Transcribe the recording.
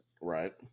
right